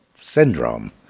syndrome